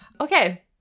Okay